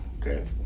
Okay